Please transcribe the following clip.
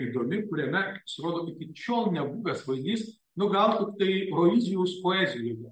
įdomi kuriame pasirodo iki šiol nebuvęs vaizdinys nu gal tiktai roizijaus poezijoje